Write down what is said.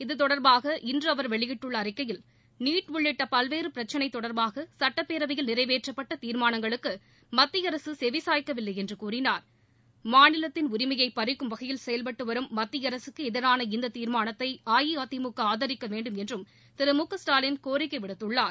இது தொடர்பாக இன்று அவர் வெளியிட்டுள்ள அறிக்கையில் நீட் உள்ளிட்ட பல்வேறு பிரச்சினை தொடா்பாக சட்டப்பேரவையில நிறைவேற்றப்பட்ட தீாமானங்களுக்கு மத்திய அரசு செவிசாய்க்கவில்லை என்று கூறியுள்ளார் மாநிலத்தின் உரிமையை பறிக்கும் வகையில் செயல்பட்டு வரும் மத்திய அரசுக்கு எதிரான இந்த தீர்மானத்தை அஇஅதிமுக ஆதரிக்க வேண்டுமென்றும் திரு மு க ஸ்டாலின் கோரிக்கை விடுத்துள்ளார்